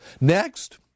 Next